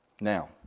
Now